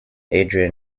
adrian